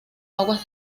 aguas